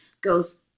goes